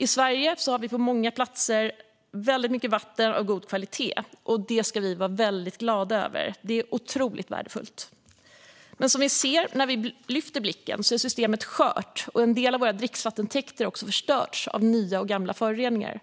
I Sverige har vi på många platser mycket vatten av god kvalitet, och det ska vi vara väldigt glada över. Det är otroligt värdefullt. Men när vi lyfter blicken ser vi att systemet är skört. En del av våra dricksvattentäkter har också förstörts av nya och gamla föroreningar.